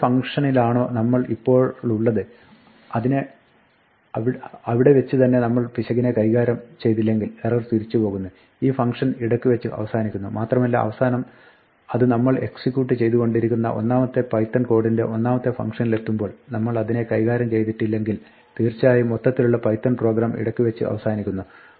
ഏത് ഫംഗ്ഷനിലാണോ നമ്മൾ ഇപ്പോളുള്ളത് അവിടെ വെച്ച് തന്നെ നമ്മൾ പിശകിനെ കൈകാര്യം ചെയ്തില്ലെങ്കിൽ എറർ തിരിച്ചുപോകുന്നു ഈ ഫംഗ്ഷൻ ഇടയ്ക്ക് വെച്ച് അവസാനിക്കുന്നു മാത്രമല്ല അവസാനം അത് നമ്മൾ എക്സിക്യൂട്ട് ചെയ്തു കൊണ്ടിരിക്കുന്ന ഒന്നാമത്തെ പൈത്തൺ കോഡിന്റെ ഒന്നാമത്തെ ഫംഗ്ഷനിലെത്തുമ്പോൾ നമ്മൾ അതിനെ കൈകാര്യം ചെയ്തിട്ടില്ലെങ്കിൽ തീർച്ചയായും മൊത്തത്തിലുള്ള പൈത്തൺ പ്രോഗ്രാം ഇടയ്ക്ക് വെച്ച് അവസാനിക്കുന്നു